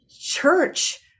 church